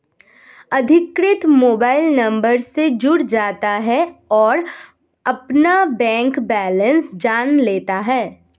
अधिकृत mobile number से जुड़ जाता है और अपना बैंक बेलेंस जान लेता है